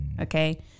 Okay